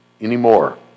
anymore